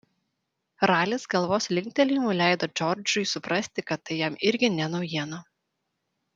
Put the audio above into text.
ralis galvos linktelėjimu leido džordžui suprasti kad tai jam irgi ne naujiena